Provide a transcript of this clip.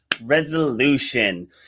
resolution